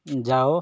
ଯାଅ